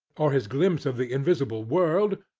or his glimpse of the invisible world,